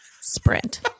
sprint